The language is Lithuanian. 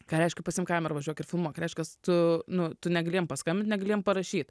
ką reiškia pasiimk kamerą važiuok ir filmuok reiškias tu nu tu negali jiet paskambinę gali jiem parašyt